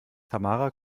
tamara